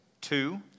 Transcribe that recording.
Two